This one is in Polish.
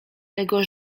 tego